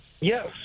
Yes